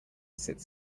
sits